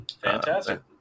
Fantastic